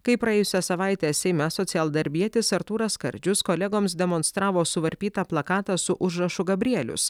kai praėjusią savaitę seime socialdarbietis artūras skardžius kolegoms demonstravo suvarpytą plakatą su užrašu gabrielius